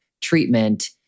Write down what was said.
treatment